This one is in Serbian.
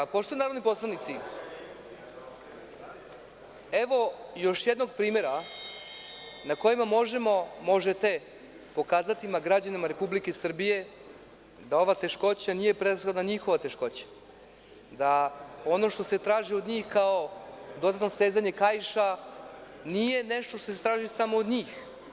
Poštovani narodni poslanici, evo još jednog primera na kome možete pokazati građanima Republike Srbije da ova teškoća nije prevashodno njihova teškoća, da ono što se traži od njih kao dodatno stezanje kaiša nije nešto što se traži samo od njih.